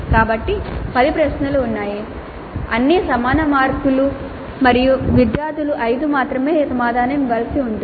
కాబట్టి 10 ప్రశ్నలు ఉన్నాయి అన్నీ సమాన మార్కులు మరియు విద్యార్థులు 5 మాత్రమే సమాధానం ఇవ్వవలసి ఉంది